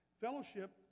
Fellowship